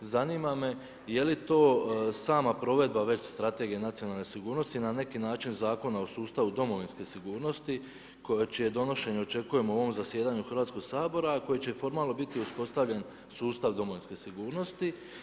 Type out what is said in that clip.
Zanima me je li to sama provedba već Strategije nacionalne sigurnosti na neki način Zakona o sustavu domovinske sigurnosti čije donošenje očekujemo u ovom zasjedanju Hrvatskoga sabora a koji će formalno biti uspostavljen sustav domovinske sigurnosti?